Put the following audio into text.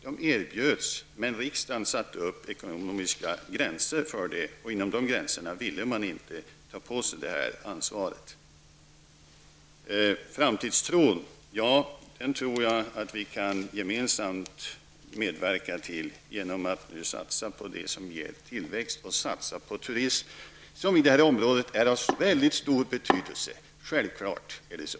De erbjöds att göra det, men riksdagen satte upp ekonomiska gränser för det, och inom de gränserna ville kommunerna inte ta på sig det ansvaret. Framtidstron tror jag att vi alla kan medverka till genom att satsa på det som ger tillväxt och genom att satsa på turism, som i det här området är av mycket stor betydelse -- självfallet är det så.